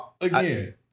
Again